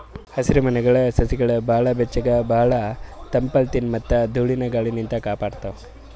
ಹಸಿರಮನೆಗೊಳ್ ಸಸಿಗೊಳಿಗ್ ಭಾಳ್ ಬೆಚ್ಚಗ್ ಭಾಳ್ ತಂಪಲಿನ್ತ್ ಮತ್ತ್ ಧೂಳಿನ ಗಾಳಿನಿಂತ್ ಕಾಪಾಡ್ತಾವ್